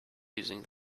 using